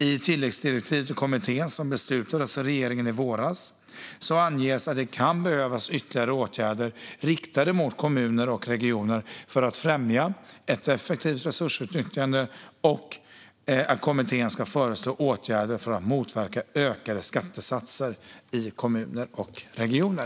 I tilläggsdirektiv till kommittén som beslutades av regeringen i våras anges att det kan behövas ytterligare åtgärder riktade mot kommuner och regioner för att främja ett effektivt resursutnyttjande och att kommittén ska föreslå åtgärder för att motverka ökande skattesatser i kommuner och regioner.